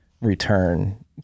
return